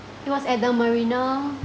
it was at the marina